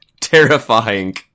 Terrifying